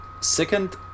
second